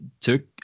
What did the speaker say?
took